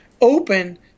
open